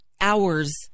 hours